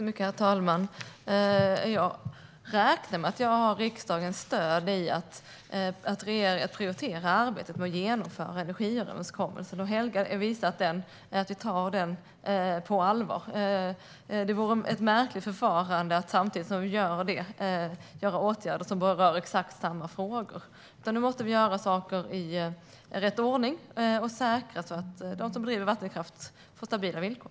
Herr talman! Jag räknar med att jag har riksdagens stöd för att prioritera arbetet med att genomföra energiöverenskommelsen. Det visar också att vi tar den på allvar. Det vore ett märkligt förfarande om vi samtidigt vidtog åtgärder som berör exakt samma frågor. Nu måste vi göra saker i rätt ordning och säkra att de som driver vattenkraft får stabila villkor.